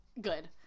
good